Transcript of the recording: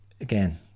Again